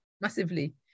massively